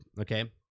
Okay